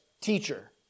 teacher